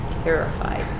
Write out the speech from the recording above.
Terrified